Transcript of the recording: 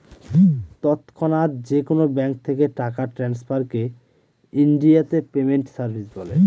তৎক্ষণাৎ যেকোনো ব্যাঙ্ক থেকে টাকা ট্রান্সফারকে ইনডিয়াতে পেমেন্ট সার্ভিস বলে